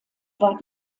war